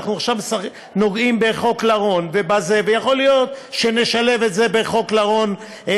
אנחנו עכשיו נוגעים בחוק לרון ויכול להיות שנשלב את זה בחוק לרון.